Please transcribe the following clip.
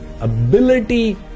ability